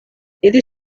iri